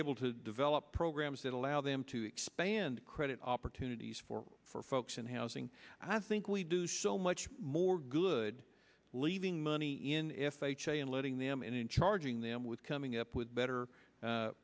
able to develop programs that allow them to expand credit opportunities for for folks in housing and i think we do so much more good leaving money in f h a and letting them in and charging them with coming up with better